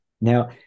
now